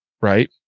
right